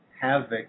havoc